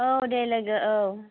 औ दे लोगो औ